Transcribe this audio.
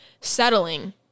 settling